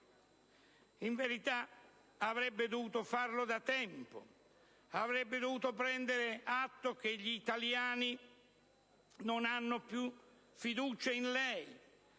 In verità, avrebbe dovuto farlo da tempo. Avrebbe dovuto prendere atto che gli italiani non hanno più fiducia in lei.